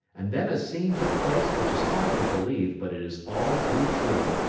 and then a scene took place which is hard to believe, but it is all too true.